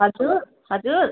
हजुर हजुर